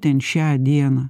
ten šią dieną